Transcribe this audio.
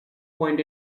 point